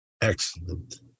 Excellent